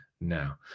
now